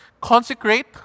Consecrate